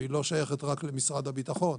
והיא לא שייכת רק למשרד הביטחון.